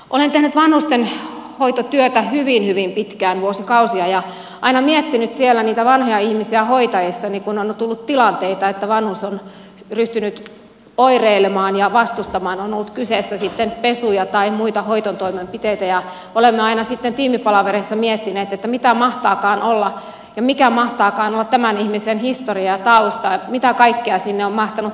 olen tehnyt vanhustenhoitotyötä hyvin hyvin pitkään vuosikausia ja aina miettinyt siellä niitä vanhoja ihmisiä hoitaessani kun on tullut tilanteita että vanhus on ryhtynyt oireilemaan ja vastustamaan on ollut kyseessä sitten pesuja tai muita hoitotoimenpiteitä ja olemme aina sitten tiimipalavereissa miettineet mikä mahtaakaan olla tämän ihmisen historia ja tausta mitä kaikkea sinne on mahtanut kätkeytyä